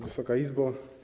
Wysoka Izbo!